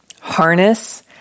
harness